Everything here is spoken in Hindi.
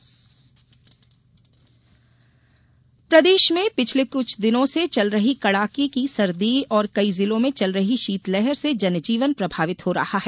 मौसम प्रदेश में पिछले कुछ दिनों से चल रही कड़ाके सर्दी और कई जिलों में चल रही शीतलहर से जनजीवन प्रभावित हो रहा है